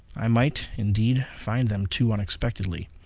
i might, indeed, find them too unexpectedly!